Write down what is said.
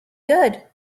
good